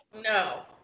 No